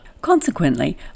Consequently